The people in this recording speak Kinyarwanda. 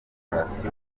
demokarasi